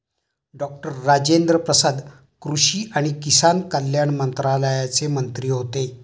doctor Rajendra Prasad कृषी आणि किसान कल्याण मंत्रालयाचे मंत्री होते